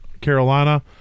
Carolina